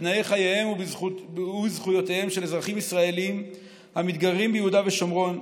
בתנאי חייהם ובזכויותיהם של אזרחים ישראלים המתגוררים ביהודה ושומרון.